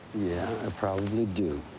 i probably do.